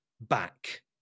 back